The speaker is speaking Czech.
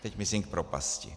Teď myslím k propasti.